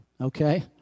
okay